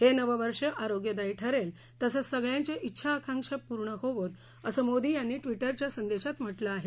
हे नववर्ष आरोग्यदायी ठरेल तसंच सगळ्यांच्या विछा आकांक्षा पूर्ण होवोत असं मोदी यांनी ट्विटरवरच्या संदेशात म्हटलं आहे